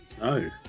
No